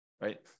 right